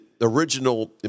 original